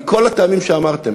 מכל הטעמים שאמרתם,